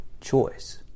choice